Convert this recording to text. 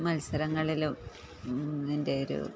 മത്സരങ്ങളിലും ഇതിൻറ്റൊരു